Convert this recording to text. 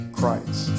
Christ